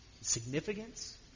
significance